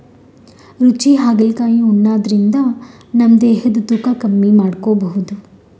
ರುಚಿ ಹಾಗಲಕಾಯಿ ಉಣಾದ್ರಿನ್ದ ನಮ್ ದೇಹದ್ದ್ ತೂಕಾ ಕಮ್ಮಿ ಮಾಡ್ಕೊಬಹುದ್